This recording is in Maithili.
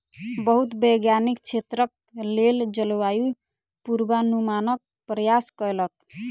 बहुत वैज्ञानिक क्षेत्रक लेल जलवायु पूर्वानुमानक प्रयास कयलक